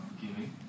giving